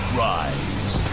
rise